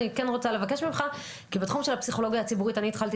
אני כן רוצה לבקש ממך כי בתחום של הפסיכולוגיה הציבורית אני התחלתי